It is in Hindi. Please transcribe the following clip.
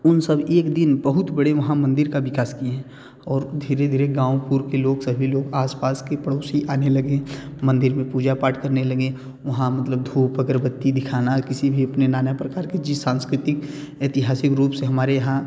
उन सब एक दिन बहुत बड़े वहाँ मंदिर का विकास किए हैं और धीरे धीरे गाँव पुर के लोग सभी लोग आसपास के पड़ोसी आने लगे मंदिर में पूजा पाठ करने लगे वहाँ मतलब धूप अगरबत्ती दिखाना किसी भी अपने नाना प्रकार के जिस सांस्कृतिक ऐतिहासिक रूप से हमारे यहाँ